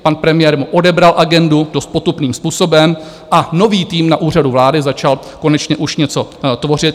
Pan premiér mu odebral agendu dost potupným způsobem a nový tým na Úřadu vlády začal konečně už něco tvořit.